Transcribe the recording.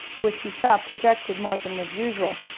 which he saw projected more than was usual,